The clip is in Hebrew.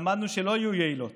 למדנו שלא היו יעילות